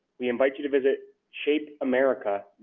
we invite you to visit shapeamerica